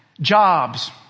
jobs